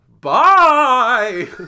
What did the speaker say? Bye